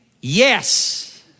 yes